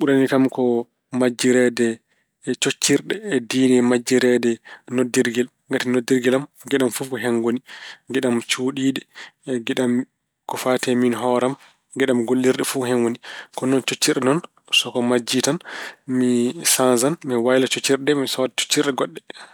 Ɓurani kam ko majjireede coktirɗe e diine majjireede noddirgel. Ngati noddirgel am, geɗe am fof ko hen ngoni. Geɗe cuuɗiiɗe e geɗe am ko fayti e miin hoore am. Geɗe gollirɗe fof ko hen ngoni. Kono noon coktirɗe noon, so ko majjii tan mi saanjan, mi wayla coktirɗe ɗe, mi sooda coktirɗe goɗɗe.